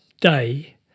day